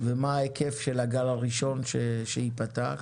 מה ההיקף של הגל הראשון שייפתח,